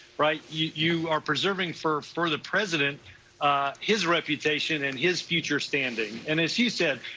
right, you are preserving for for the president his representation and his future standing, and as hugh said,